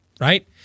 Right